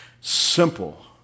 simple